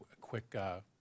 quick